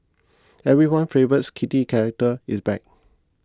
everyone favourite kitty character is back